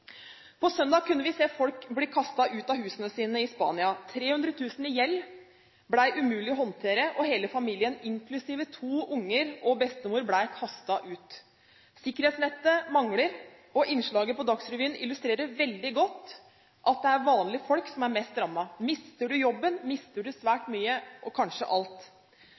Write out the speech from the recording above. På søndag kunne vi se folk bli kastet ut av husene sine i Spania. 300 000 kr i gjeld ble umulig å håndtere, og hele familien, inklusiv to unger og bestemor, ble kastet ut. Sikkerhetsnettet mangler, og innslaget på Dagsrevyen illustrerer veldig godt at det er vanlige folk som er mest rammet. Mister du jobben, mister du svært mye, kanskje alt.